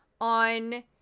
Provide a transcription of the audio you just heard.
on